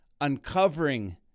uncovering